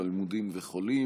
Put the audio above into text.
גלמודים וחולים.